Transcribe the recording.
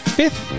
fifth